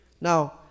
Now